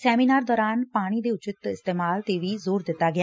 seminar ਦੌਰਾਨ ਂਪਾਣੀ ਦੇ ਉਚਿਤ ਇਸਤੇਮਾਲ ਤੇ ਵੀ ਜ਼ੋਰ ਦਿੱਤਾ ਗਿਆ